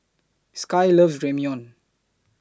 Sky loves Ramyeon